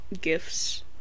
gifts